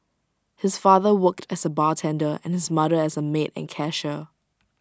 his father worked as A bartender and and his mother as A maid and cashier